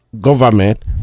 government